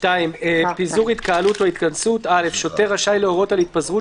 פיזור התקהלות או התכנסות 2. (א)שוטר רשאי להורות על התפזרות